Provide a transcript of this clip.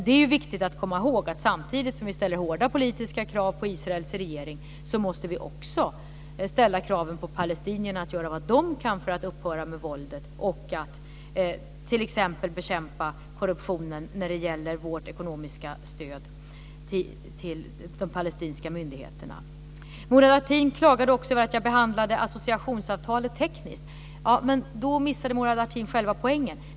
Det är viktigt att komma ihåg att samtidigt som vi ställer hårda politiska krav på Israels regering måste vi ställa kraven på palestinierna att göra vad de kan för att upphöra med våldet och att t.ex. bekämpa korruptionen när det gäller vårt ekonomiska stöd till de palestinska myndigheterna. Murad Artin klagade också över att jag behandlade associationsavtalet tekniskt. Men då missade Murad Artin själva poängen.